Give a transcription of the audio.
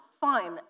Fine